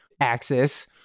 axis